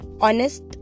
honest